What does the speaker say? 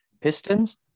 Pistons